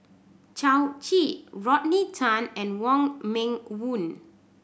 Yao Zi Rodney Tan and Wong Meng Voon